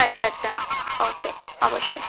আচ্ছা আচ্ছা ওকে অবশ্যই